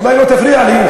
אולי לא תפריע לי,